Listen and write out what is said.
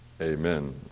Amen